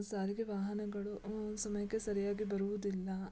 ಸಾರಿಗೆ ವಾಹನಗಳು ಸಮಯಕ್ಕೆ ಸರಿಯಾಗಿ ಬರುವುದಿಲ್ಲ